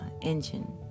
engine